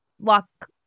walk